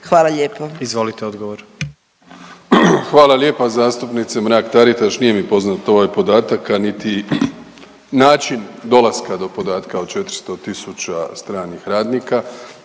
**Plenković, Andrej (HDZ)** Hvala lijepa zastupnice Mrak Taritaš. Nije mi poznat ovaj podatak, a niti način dolaska do podatka o 400 tisuća stranih radnika.